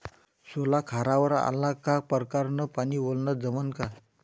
सोला खारावर आला का परकारं न पानी वलनं जमन का?